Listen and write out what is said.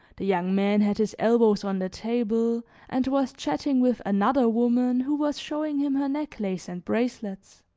the young man had his elbows on the table and was chatting with another woman who was showing him her necklace and bracelets.